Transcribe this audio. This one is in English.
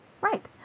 Right